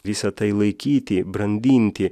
visa tai laikyti brandinti